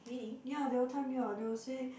ya they will time you ah they will say